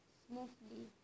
smoothly